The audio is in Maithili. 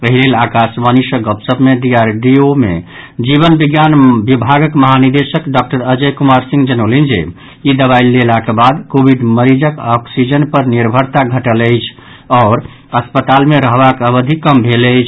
एहि लेल आकाशवाणी सँ गप शप मे डी आर डी ओ मे जीवन विज्ञान विभागक महानिदेशक डॉक्टर अजय कुमार सिंह जनौलनि जे ई दवाइ लेलाक बाद कोविड मरीजक ऑक्सीजन पर निर्भरता घटल अछि आओर अस्पताल मे रहबाक अवधि कम भेल अछि